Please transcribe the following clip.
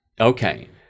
Okay